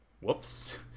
whoops